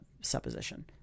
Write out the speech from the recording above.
supposition